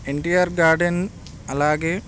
NTR garden అలాగే